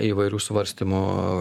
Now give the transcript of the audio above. įvairių svarstymų